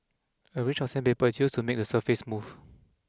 a range of sandpaper is used to make the surface smooth